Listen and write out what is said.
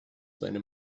seine